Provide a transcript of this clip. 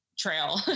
trail